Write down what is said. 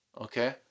okay